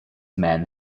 men